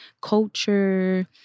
culture